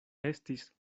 estis